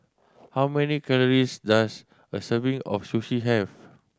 how many calories does a serving of Sushi have